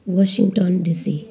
Washington DC